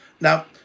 Now